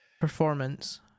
performance